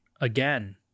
again